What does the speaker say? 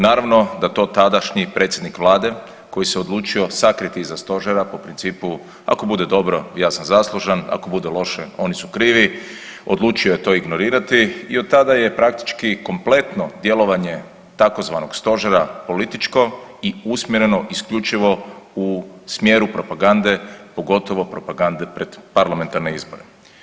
Naravno da to tadašnji predsjednik vlade koji se odlučio sakriti iza stožera po principu ako bude dobro ja sam zaslužan, ako bude loše oni su krivi, odlučio je to ignorirati i od tada je praktički kompletno djelovanje tzv. stožera političko i usmjereno isključivo u smjeru propagande, pogotovo propagande pred parlamentarne izbore.